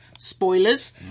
spoilers